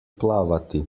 plavati